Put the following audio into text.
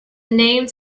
names